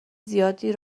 زیادی